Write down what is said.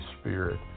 Spirit